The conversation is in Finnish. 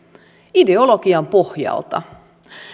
ideologian pohjalta